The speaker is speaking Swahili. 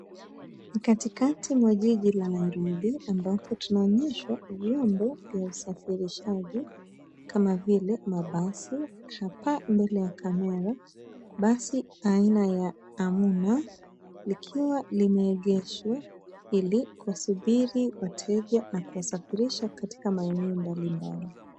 Ni katikati mwa jiji la Nairobi ambapo tunaonyeshwa vyombo vya usafirishaji kama vile mabasi. Hapa mbele ya kamera, basi aina ya Amuna likiwa limeegeshwa ili kuwasuburi wateja na kuwasafirisha katika maeneo mbalimbali.